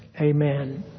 Amen